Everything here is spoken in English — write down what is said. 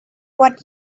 what